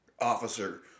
officer